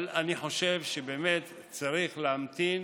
אבל אני חושב שבאמת צריך להמתין.